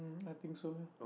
I think so ya